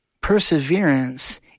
perseverance